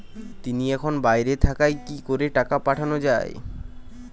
তিনি এখন বাইরে থাকায় কি করে টাকা পাঠানো য়ায়?